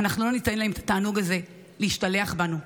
אנחנו לא ניתן להם את התענוג הזה להשתלח בנו.